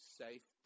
safe